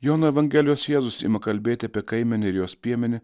jono evangelijos jėzus ima kalbėti apie kaimenę ir jos piemenį